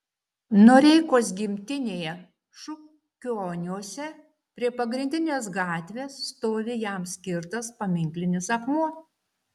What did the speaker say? noreikos gimtinėje šukioniuose prie pagrindinės gatvės stovi jam skirtas paminklinis akmuo